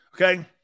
Okay